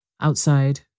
Outside